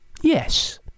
Yes